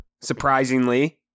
surprisingly